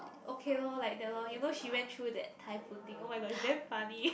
okay lor like that lor you know she went through that typhoon thing oh-my-god is damn funny